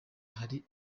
hari